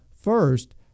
First